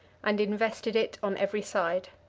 and invested it on every side.